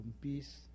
Peace